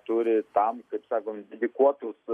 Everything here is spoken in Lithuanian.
turi tam kaip sakom dedikuotus